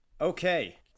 Okay